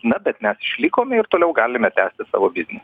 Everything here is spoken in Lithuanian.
na bet mes išlikome ir toliau galime tęsti savo biznį